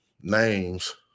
names